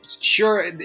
sure